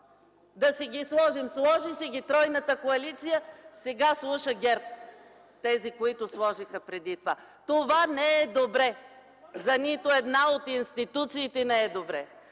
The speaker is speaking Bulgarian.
да си ги сложим. Сложи си ги тройната коалиция, сега слушат ГЕРБ тези, които сложиха преди това. Това не е добре, за нито една от институциите не е добре.